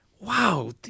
Wow